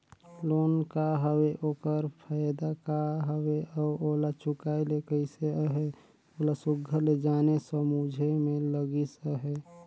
loan का हवे ओकर फएदा का हवे अउ ओला चुकाए ले कइसे अहे ओला सुग्घर ले जाने समुझे में लगिस अहे